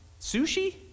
Sushi